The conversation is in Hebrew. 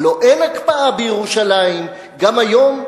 הלוא אין הקפאה בירושלים גם היום,